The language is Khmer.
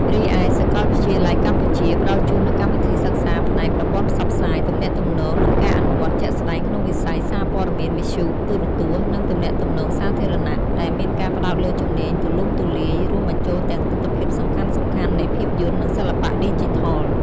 រីឯ សាកលវិទ្យាល័យកម្ពុជា ផ្តល់ជូននូវកម្មវិធីសិក្សាផ្នែក ប្រព័ន្ធផ្សព្វផ្សាយ ទំនាក់ទំនង និងការអនុវត្តជាក់ស្ដែងក្នុងវិស័យសារព័ត៌មាន វិទ្យុ ទូរទស្សន៍ និងទំនាក់ទំនងសាធារណៈ ដែលមានការផ្ដោតលើជំនាញទូលំទូលាយ រួមបញ្ចូលទាំងទិដ្ឋភាពសំខាន់ៗនៃភាពយន្ត និងសិល្បៈឌីជីថល។